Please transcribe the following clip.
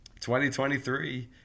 2023